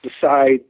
decide